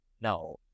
No